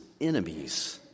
enemies